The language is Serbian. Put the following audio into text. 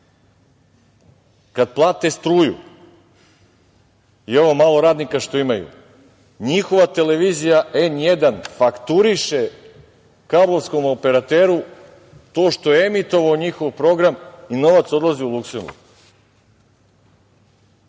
Kada plate struju i ovo malo radnika što imaju, njihova televizija N1 fakturiše kablovskom operateru to što je emitovao njihov program i novac odlazi u